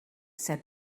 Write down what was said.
said